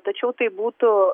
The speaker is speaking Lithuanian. tačiau tai būtų